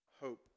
hope